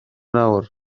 nawr